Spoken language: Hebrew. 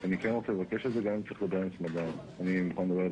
גם פה הייתה